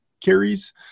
carries